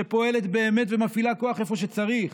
שפועלת באמת ומפעילה כוח איפה שצריך.